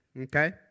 Okay